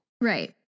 Right